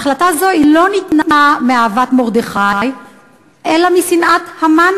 החלטה זו לא ניתנה מאהבת מרדכי אלא משנאת המן,